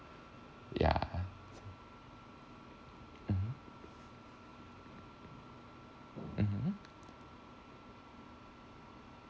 yeah mmhmm